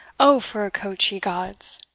o for a coach, ye gods!